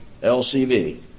LCV